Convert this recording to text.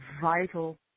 vital